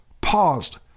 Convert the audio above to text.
paused